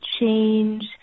change